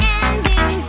ending